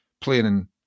playing